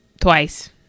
twice